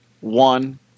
One